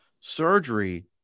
surgery